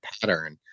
pattern